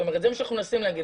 זה מה שאנחנו מנסים להגיד,